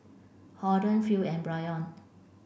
Holden Phil and Bryon